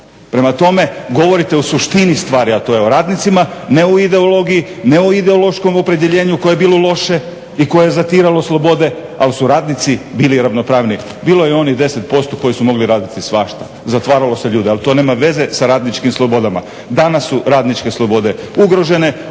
Prema tome govorite o suštini stvari, a to je o radnicima, ne o ideologiji, ne o ideološkom opredjeljenju koje je bilo loše i koje je zatiralo slobode, ali su radnici bili ravnopravniji. Bilo je onih 10% koji su mogli raditi svašta, zatvaralo se ljude, ali to nema veze sa radničkim slobodama. Danas su radničke slobode ugrožene,